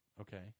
okay